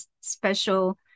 special